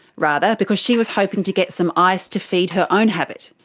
rather, because she was hoping to get some ice to feed her own habit.